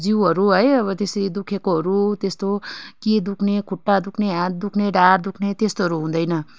जिउहरू है अब त्यसै दुखेकोहरू त्यस्तो के दुख्ने खुट्टा दुख्ने हात दुख्ने ढाड दुख्ने त्यस्तोहरू हुँदैन